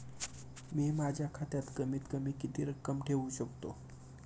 मी माझ्या खात्यात कमीत कमी किती रक्कम ठेऊ शकतो?